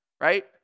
right